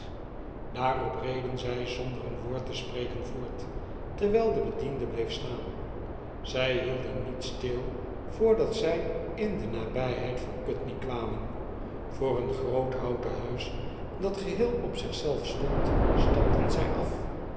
opsteeg daaropreden zj zonder een woord te spreken voort terwijl de bediende bleef staan zij hielden niet stil voordat zij in denabyheid van putney kwamen voor een groot houten huis dat geheel op zich zelf stond stapten zy af